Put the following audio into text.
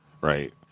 Right